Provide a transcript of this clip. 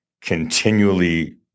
continually